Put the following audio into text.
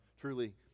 truly